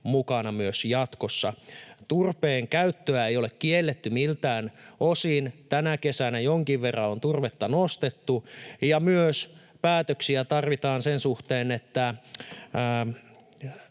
mukana myös jatkossa. Turpeen käyttöä ei ole kielletty miltään osin, tänä kesänä jonkin verran on turvetta nostettu. Ja myös päätöksiä tarvitaan sen suhteen, että